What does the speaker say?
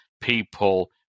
people